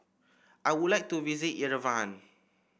I would like to visit Yerevan